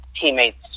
teammates